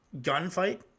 gunfight